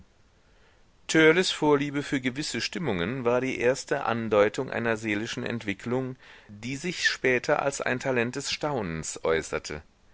törleß vorliebe für gewisse stimmungen war die erste andeutung einer seelischen entwicklung die sich später als ein talent des staunens äußerte